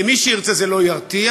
למי שירצה, זה לא ירתיע,